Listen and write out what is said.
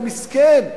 המסכן,